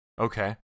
okay